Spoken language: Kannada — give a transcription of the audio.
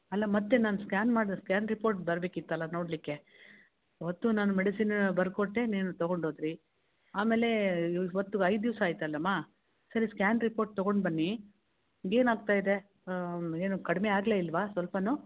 ಅಲ್ಲ ಮತ್ತೆ ನಾನು ಸ್ಕ್ಯಾನ್ ಮಾಡಿದ ಸ್ಕ್ಯಾನ್ ರಿಪೋರ್ಟ್ ಬರಬೇಕಿತ್ತಲ ನೋಡಲಿಕ್ಕೆ ಅವತ್ತು ನಾನು ಮೆಡಿಸಿನ್ ಬರ್ದು ಕೊಟ್ಟೆ ನೀವು ತಗೊಂಡು ಹೋದ್ರಿ ಆಮೇಲೆ ಈ ಹೊತ್ತುಗೆ ಐದು ದಿವಸ ಆಯಿತಲಮ್ಮ ಸರಿ ಸ್ಕ್ಯಾನ್ ರಿಪೋರ್ಟ್ ತಗೊಂಡು ಬನ್ನಿ ಏನು ಆಗ್ತಾಯಿದೆ ಏನು ಕಡಿಮೆ ಆಗಲೆ ಇಲ್ವಾ ಸ್ವಲ್ಪನು